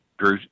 Drew